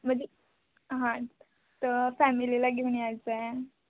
म्हणजे हां तर फॅमिलीला घेऊन यायचं आहे